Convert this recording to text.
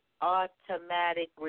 automatic